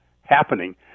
happening